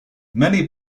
many